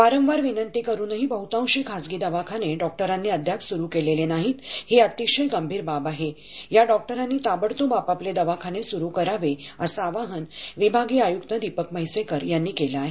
वारंवार विनंती करुनही बहतांशी खाजगी दवाखाने डॉक्टरांनी अद्याप सुरू केलेले नाहीही अतिशय गंभीर बाब आहे या डॉक्टरांनी ताबडतोब आपापले क्लिनिक सुरू करावेअशं आवाहन विभागीय आयुक्त दीपक म्हैसेकर यांनी केलं आहे